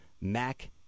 MAC